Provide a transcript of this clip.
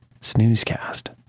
snoozecast